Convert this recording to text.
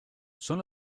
son